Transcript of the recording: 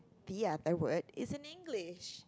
the other word is in English